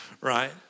right